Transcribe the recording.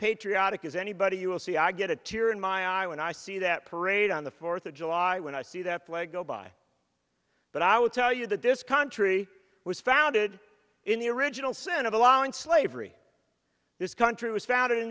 patriotic as anybody you will see i get a tear in my eye when i see that parade on the fourth of july when i see that flag go by but i will tell you that this country was founded in the original sin of allowing slavery this country was founded